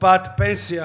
קופת פנסיה